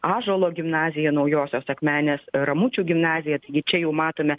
ąžuolo gimnazija naujosios akmenės ramučių gimnazija taigi čia jau matome